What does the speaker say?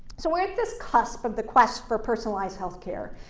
so we're at this cusp of the quest for personalized health care,